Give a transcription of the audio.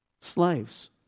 Slaves